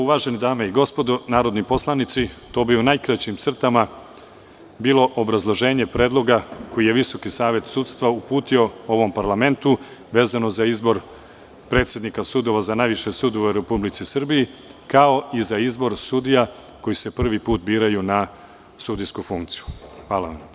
Uvažene dame i gospodo narodni poslanici to bi bilo u najkraćim crtama obrazloženje predloga koji je VSS uputio ovom parlamentu vezano za izbor predsednika sudova za najviše sudove u Republici Srbiji, kao i za izbor sudija koji se prvi put biraju na sudijsku funkciju.